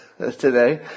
Today